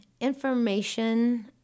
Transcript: information